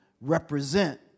represent